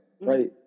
right